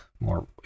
more